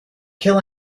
kill